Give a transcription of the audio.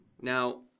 Now